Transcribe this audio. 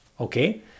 Okay